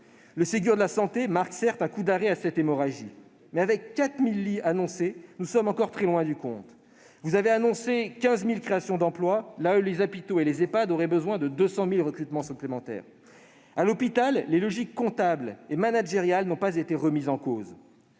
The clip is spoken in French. Le Ségur de la santé marque, certes, un coup d'arrêt à cette hémorragie, mais avec 4 000 lits annoncés, nous sommes encore très loin du compte. Vous avez annoncé 15 000 créations d'emploi, là où les hôpitaux et les Ehpad auraient besoin de 200 000 recrutements supplémentaires. À l'hôpital, les logiques comptables et managériales n'ont pas été remises en cause.